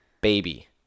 Baby